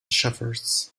shepherds